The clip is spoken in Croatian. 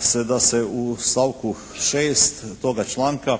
se da se u stavku 6. toga članka,